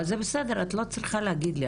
את לא צריכה להגיד לי.